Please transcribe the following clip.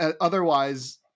otherwise